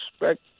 respect